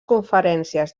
conferències